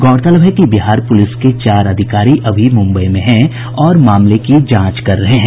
गौरतलब है कि बिहार पुलिस के चार अधिकारी अभी मुंबई में हैं और मामले की जांच कर रहे हैं